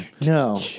No